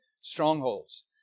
strongholds